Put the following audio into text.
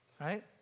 right